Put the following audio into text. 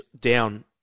down